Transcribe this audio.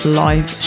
live